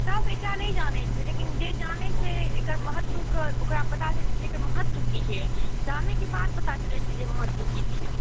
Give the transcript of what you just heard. सब एकरा नहि जानैत छै लेकिन जे जानैत छै एकर महत्वके ओकरा पता रहै छै एकर महत्व की छियै जानै के बाद पता चलैत छै जे महत्व की छियै